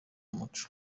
umuco